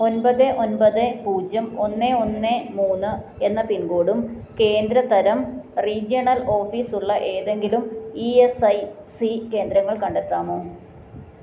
ഒമ്പത് ഒമ്പത് പൂജ്യം ഒന്ന് ഒന്ന് മൂന്ന് എന്ന പിൻകോഡും കേന്ദ്ര തരം റീജിയണൽ ഓഫീസ് ഉള്ള ഏതെങ്കിലും ഇ എസ് ഐ സി കേന്ദ്രങ്ങൾ കണ്ടെത്താമോ